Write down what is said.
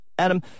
Adam